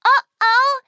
Uh-oh